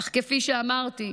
אך כפי שאמרתי,